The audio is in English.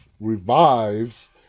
revives